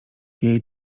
jej